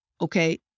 okay